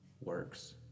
works